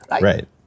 right